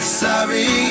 sorry